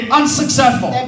unsuccessful